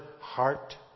heart